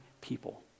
people